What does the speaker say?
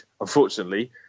unfortunately